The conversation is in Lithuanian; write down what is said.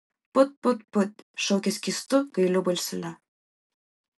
put put put šaukė skystu gailiu balseliu